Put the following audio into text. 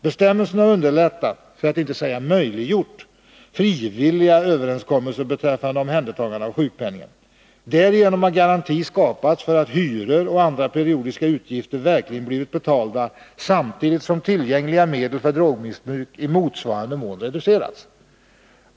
Bestämmelserna har underlättat, för att inte säga möjliggjort, ”frivilliga” överenskommelser beträffande omhändertagande av sjukpenningen. Därigenom har garanti skapats för att hyror och andra periodiska utgifter verkligen blivit betalda samtidigt som medel tillgängliga för drogmissbruk i motsvarande mån reducerats.